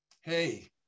hey